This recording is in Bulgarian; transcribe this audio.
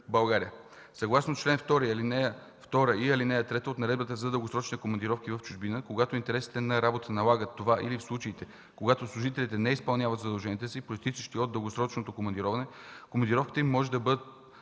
България. Съгласно чл. 2, ал. 2 и ал. 3 от Наредбата за дългосрочните командировки в чужбина, когато интересите на работа налагат това или в случаите, когато служителите не изпълняват задълженията си, произтичащи от дългосрочното командироване, командировките им могат да бъдат